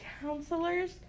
counselors